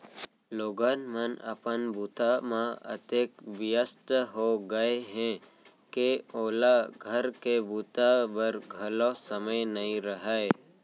लोगन मन अपन बूता म अतेक बियस्त हो गय हें के ओला घर के बूता बर घलौ समे नइ रहय